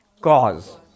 cause